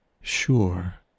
sure